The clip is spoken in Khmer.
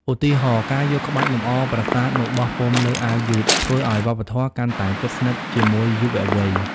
ឧទាហរណ៍ ការយក ក្បាច់លម្អប្រាសាទ មកបោះពុម្ពលើអាវយឺត ធ្វើឱ្យវប្បធម៌កាន់តែជិតស្និទ្ធជាមួយយុវវ័យ។